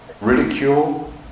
Ridicule